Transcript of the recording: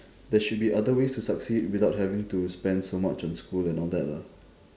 there should be other ways to succeed without having to spend so much on school and all that lah